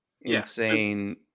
insane